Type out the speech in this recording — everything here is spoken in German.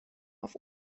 auf